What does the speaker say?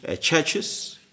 churches